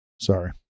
Sorry